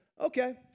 okay